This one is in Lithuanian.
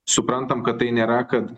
suprantam kad tai nėra kad